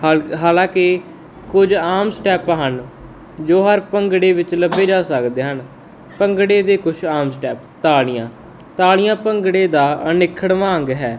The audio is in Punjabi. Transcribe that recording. ਹਲ ਹਾਲਾਂਕਿ ਕੁਝ ਆਮ ਸਟੈਪ ਹਨ ਜੋ ਹਰ ਭੰਗੜੇ ਵਿੱਚ ਲੱਭੇ ਜਾ ਸਕਦੇ ਹਨ ਭੰਗੜੇ ਦੇ ਕੁਛ ਆਮ ਸਟੈਪ ਤਾੜੀਆਂ ਤਾੜੀਆਂ ਭੰਗੜੇ ਦਾ ਅਨਿਖੜਵਾਂ ਅੰਗ ਹੈ